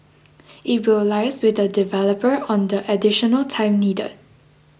it will liaise with the developer on the additional time needed